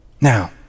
Now